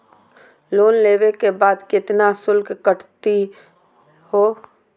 Loan लेवे के बाद केतना शुल्क कटतही हो?